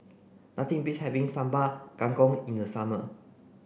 nothing beats having Sambal Kangkong in the summer